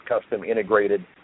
custom-integrated